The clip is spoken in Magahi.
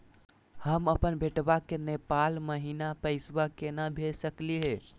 हम अपन बेटवा के नेपाल महिना पैसवा केना भेज सकली हे?